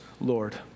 Lord